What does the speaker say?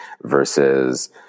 versus